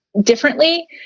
differently